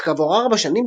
אך כעבור ארבע שנים,